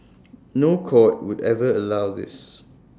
no court would ever allow this